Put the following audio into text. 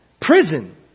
Prison